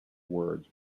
words